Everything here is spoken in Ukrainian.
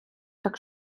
так